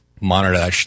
monitor